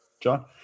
John